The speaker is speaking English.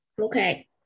Okay